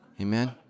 Amen